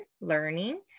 learning